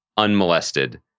unmolested